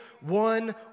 one